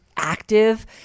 active